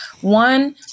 One